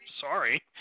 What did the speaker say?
Sorry